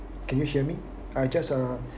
can you hear me I just uh